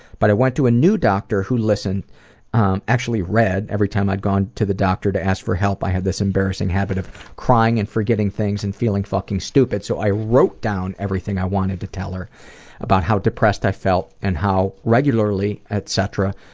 but i went to a new doctor who listened actually read, every time i'd gone to the doctor to ask for help i had this embarrassing habit of crying and forgetting things and feeling fucking stupid so i wrote down everything i wanted to tell her about how depressed i felt and how regularly, etcetera,